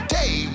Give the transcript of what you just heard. day